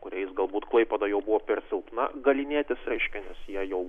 kuriais galbūt klaipėda jau buvo per silpna galynėtis reiškia nes jie jau